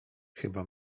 chyba